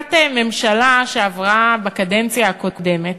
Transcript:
בהחלטת ממשלה שעברה בקדנציה הקודמת,